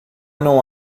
não